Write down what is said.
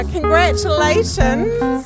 Congratulations